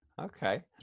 Okay